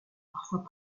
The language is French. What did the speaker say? parfois